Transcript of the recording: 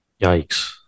Yikes